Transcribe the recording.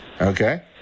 okay